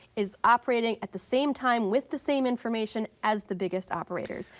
is operating at the same time, with the same information as the biggest operators.